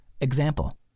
example